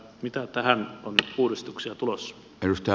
mitä tähän nyt on uudistuksia tulossa